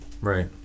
Right